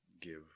give